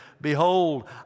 behold